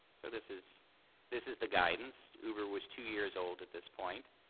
so this is this is the guidance. uber was two years old at this point.